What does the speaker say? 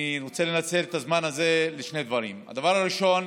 אני רוצה לנצל את הזמן הזה לשני דברים: דבר ראשון,